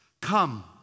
come